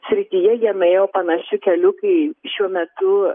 srityje jie nuėjo panašiu keliu kai šiuo metu